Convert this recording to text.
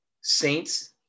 Saints